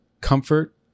Comfort